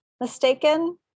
mistaken